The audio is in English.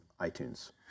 iTunes